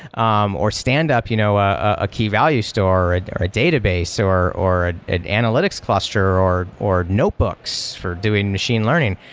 um or stand up you know ah a key value store, and or a database, or or an analytics cluster, or or notebooks for doing machine learning,